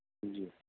جی